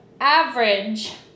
AVERAGE